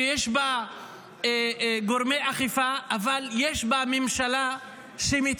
שיש בה גורמי אכיפה, אבל יש בה ממשלה מתפקדת,